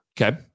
Okay